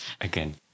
again